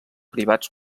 privats